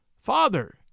Father